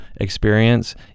experience